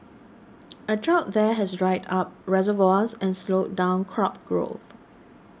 a drought there has dried up reservoirs and slowed down crop growth